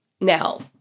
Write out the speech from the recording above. Now